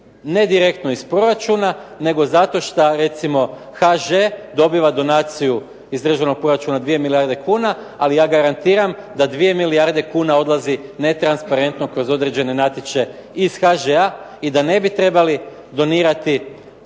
ne direktno iz proračuna nego zato što recimo HŽ dobiva donaciju iz državnog proračuna 2 milijarde kuna ali ja garantiram da 2 milijarde kuna odlazi netransparentno kroz određene natječaje iz HŽ-a i da ne bi trebali donirati